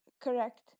correct